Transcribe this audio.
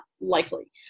likely